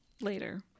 later